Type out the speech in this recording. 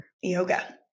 Yoga